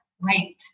wait